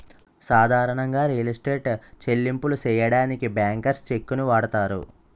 సాధారణంగా real estate చెల్లింపులు సెయ్యడానికి బ్యాంకర్స్ చెక్కుని వాడతారు